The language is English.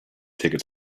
ticket